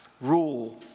rule